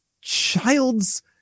child's